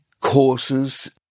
courses